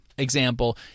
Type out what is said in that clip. Example